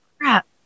crap